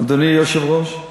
אדוני היושב-ראש,